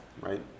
right